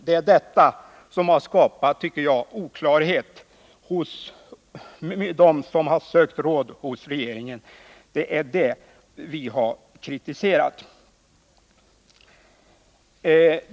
Detta tycker jag har skapat oklarhet hos dem som har sökt råd hos regeringen, och det är det vi har kritiserat.